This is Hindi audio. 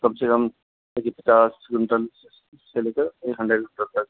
कम से कम ये चालीस पचास क्विंटल से लेकर एक हंडरेड क्विंटल तक